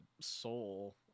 soul